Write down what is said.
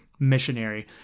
Missionary